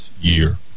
year